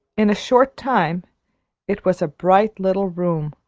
in a short time it was a bright little room,